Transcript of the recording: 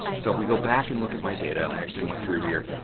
so, if we go back and look at my data i actually went through here,